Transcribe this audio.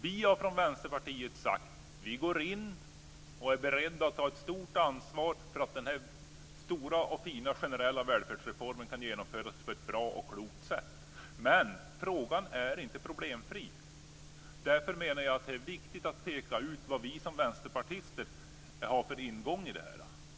Vi har från Vänsterpartiet sagt att vi går in och är beredda att ta ett stort ansvar för att den här stora fina och generella välfärdsreformen kan genomföras på ett bra och klokt sätt. Men frågan är inte problemfri. Därför menar jag att det är viktigt att peka ut vilken ingång vi som vänsterpartister har.